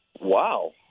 Wow